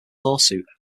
lawsuit